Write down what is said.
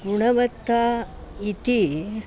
गुणवत्ता इति